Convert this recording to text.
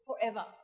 forever